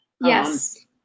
yes